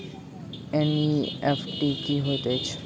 NEFT की होइत अछि?